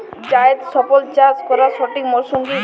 জায়েদ ফসল চাষ করার সঠিক মরশুম কি?